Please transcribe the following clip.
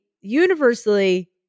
universally